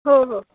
हो हो